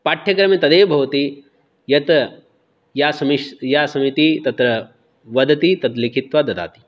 पाठ्यक्रमे तदेव भवति यत् या समितिः तत्र वदति तद् लिखित्वा ददाति